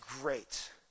great